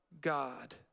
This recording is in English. God